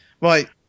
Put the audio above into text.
Right